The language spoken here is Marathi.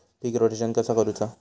पीक रोटेशन कसा करूचा?